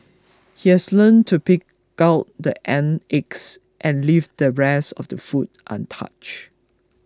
he has learnt to pick out the ant eggs and leave the rest of the food untouched